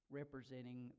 representing